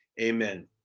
Amen